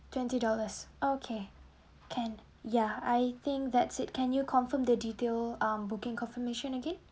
twenty dollars okay can ya I think that's it can you confirm the details um booking confirmation again